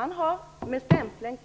Man har med stämpeln